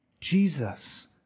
Jesus